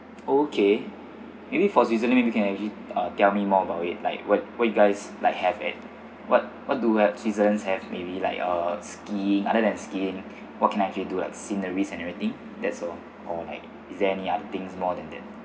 okay maybe for switzerland you can actually uh tell me more about it like what what you guys like have it what what do what seasons have maybe like uh skiing other than skiing what can actually do like sceneries and everything that's all or like is there any other things more than that